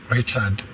Richard